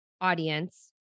audience